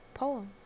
poem